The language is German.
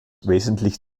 wesentlich